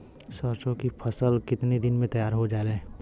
सरसों की फसल कितने दिन में तैयार हो जाला?